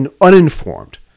uninformed